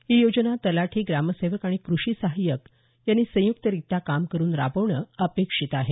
ही योजना तलाठी ग्रामसेवक आणि कृषी सहाय्यक यांनी संयुक्तरित्या काम करून राबवणं अपेक्षित आहे